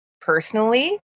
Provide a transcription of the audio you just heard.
personally